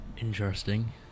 Interesting